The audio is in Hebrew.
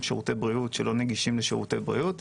שירותי בריאות ולא נגישים לשירותי בריאות.